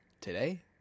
today